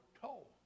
toll